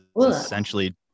essentially